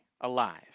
alive